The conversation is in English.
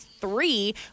three